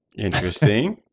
Interesting